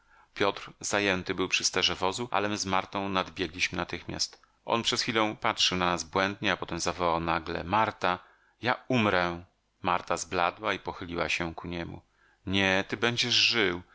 piotr zajęty był przy sterze wozu ale my z martą nadbiegliśmy natychmiast on przez chwilę patrzył na nas błędnie a potem zawołał nagle marta ja umrę marta zbladła i pochyliła się ku niemu nie ty będziesz żył